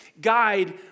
guide